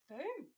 Boom